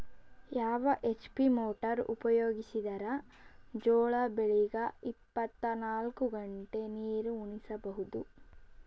ಯಾವ HP motor ಉಪಯೋಗಿಸಿದರ ಜೋಳ ಬೆಳಿಗ ಇಪ್ಪತ ನಾಲ್ಕು ಗಂಟೆ ನೀರಿ ಉಣಿಸ ಬಹುದು?